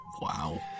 wow